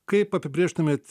kaip apibrėžtumėt